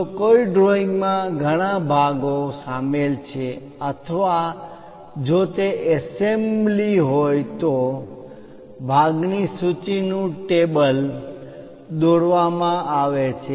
જો ડ્રોઈંગ માં ઘણા ભાગો શામેલ છે અથવા જો તે એસેમ્બલી સંયોજન assembly હોય તો ભાગ ની સૂચિ નુ ટેબલ કોષ્ટક table દોરવામાં આવે છે